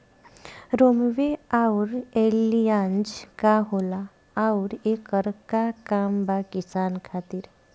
रोम्वे आउर एलियान्ज का होला आउरएकर का काम बा किसान खातिर?